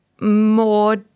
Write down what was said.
more